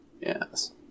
Yes